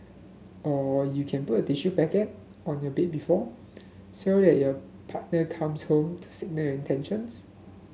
or you can put a tissue packet on your bed before so that your partner comes home to signal your intentions